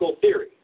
theory